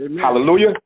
Hallelujah